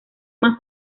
más